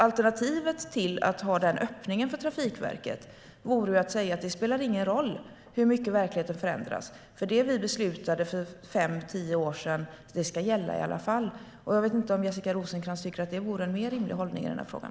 Alternativet till att ha den öppningen för Trafikverket vore att säga: Det spelar ingen roll hur mycket verkligheten förändras. Det vi beslutade för fem tio år sedan ska gälla i varje fall. Jag vet inte om Jessica Rosencrantz tycker att det vore en mer rimlig hållning i frågan.